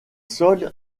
sols